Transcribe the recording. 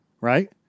right